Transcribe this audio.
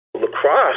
Lacrosse